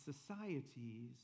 societies